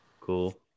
Cool